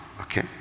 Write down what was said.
okay